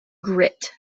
grit